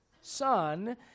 son